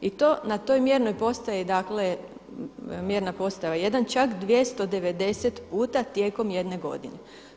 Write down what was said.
I to na toj mjernoj postaji dakle, mjerna postaja 1, čak 290 puta tijekom jedne godine.